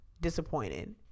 disappointed